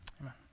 Amen